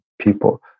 people